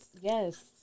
yes